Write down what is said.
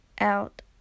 out